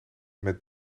met